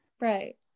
Right